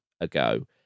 Ago